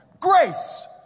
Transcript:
Grace